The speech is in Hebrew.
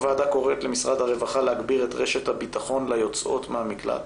הוועדה קוראת למשרד הרווחה להגביר את רשת הביטחון ליוצאות מהמקלט